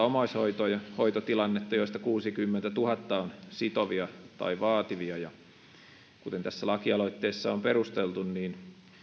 omaishoitotilannetta joista kuusikymmentätuhatta on sitovia tai vaativia kuten tässä lakialoitteessa on perusteltu niin